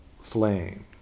flame